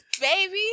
baby